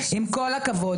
עם כל הכבוד.